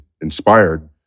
inspired